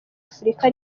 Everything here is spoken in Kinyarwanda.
afurika